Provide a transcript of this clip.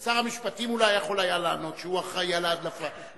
אולי שר המשפטים היה יכול לענות שהוא אחראי על ההדלפה.